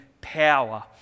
power